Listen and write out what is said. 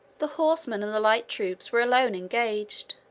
the horsemen and the light troops were alone engaged.